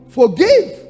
forgive